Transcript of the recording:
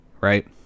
right